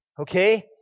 Okay